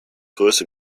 größe